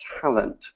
talent